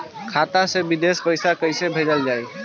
खाता से विदेश पैसा कैसे भेजल जाई?